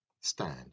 Stand